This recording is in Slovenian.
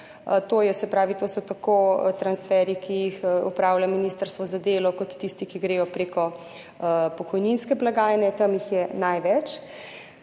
to so tako transferji, ki jih opravlja ministrstvo za delo, kot tisti, ki gredo preko pokojninske blagajne, tam jih je največ.